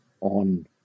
on